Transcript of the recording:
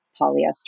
polyester